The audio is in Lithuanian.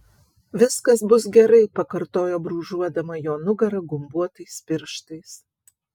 viskas bus gerai pakartojo brūžuodama jo nugarą gumbuotais pirštais